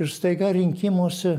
ir staiga rinkimuose